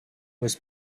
was